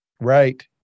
right